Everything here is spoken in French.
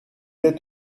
êtes